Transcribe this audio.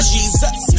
Jesus